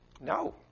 No